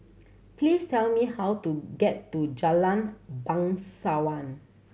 please tell me how to get to Jalan Bangsawan